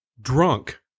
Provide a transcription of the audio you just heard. drunk